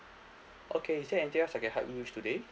okay is there anything else I can help you with today